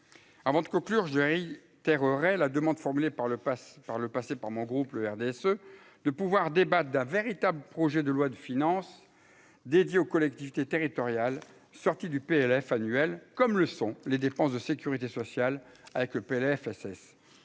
avant de conclure : terre aurait la demande formulée par le passe par le passé par mon groupe RDSE de pouvoir débattent d'un véritable projet de loi de finances dédié aux collectivités territoriales, sortie du PLF annuel comme le sont les dépenses de Sécurité sociale avec le PLFSS